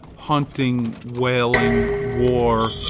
hunting, whaling, war,